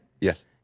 Yes